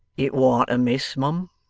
it warn't amiss, mum